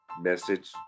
message